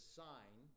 sign